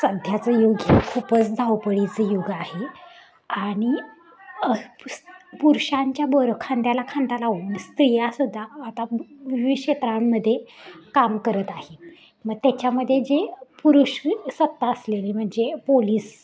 सध्याचं युग हे खूपच धावपळीचं युग आहे आणि पुस पुरुषांच्या बरो खांद्याला खांदा लावून स्त्रिया सुद्धा आता विविध क्षेत्रांमध्ये काम करत आहे मग त्याच्यामध्ये जे पुरुषसत्ता असलेली म्हणजे पोलीस